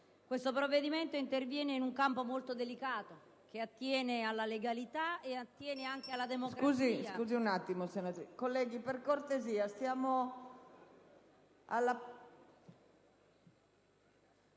Questo provvedimento interviene in un campo molto delicato, che attiene alla legalità e anche alla democrazia.